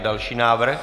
Další návrh.